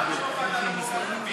ביטן, למה שלא תהיה ועדה לחוק ההמלצות?